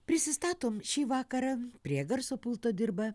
prisistatom šį vakarą prie garso pulto dirba